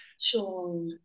Sure